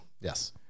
Yes